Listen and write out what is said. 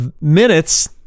Minutes